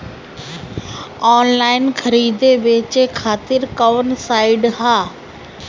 Online खरीदे बेचे खातिर कवन साइड ह?